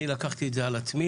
אני לקחתי את זה על עצמי.